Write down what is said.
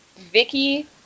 Vicky